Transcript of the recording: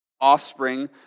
offspring